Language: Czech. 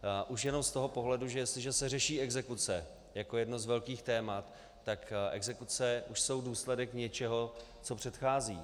Už jen z toho pohledu, že jestliže se řeší exekuce jako jedno z velkých témat, tak exekuce už jsou důsledek něčeho, co předchází.